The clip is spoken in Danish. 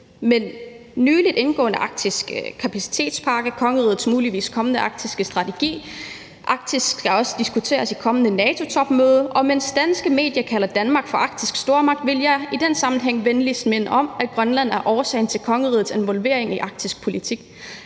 aftale om en arktisk kapacitetspakke; der er kongerigets mulige kommende arktiske strategi; og Arktis skal også diskuteres på det kommende NATO-topmøde. Og mens danske medier kalder Danmark for en arktisk stormagt, vil jeg i den sammenhæng venligst minde om, at Grønland er årsagen til kongerigets involvering i arktisk politik,